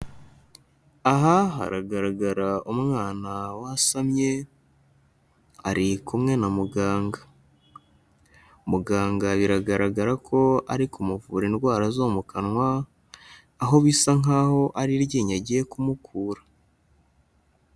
Aha haragaragara umwana wasamye, ari kumwe na muganga, muganga biragaragara ko ari kumuvura indwara zo mu kanwa, aho bisa nk'aho ari iryinyo agiye kumukura.